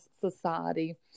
society